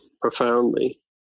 Profoundly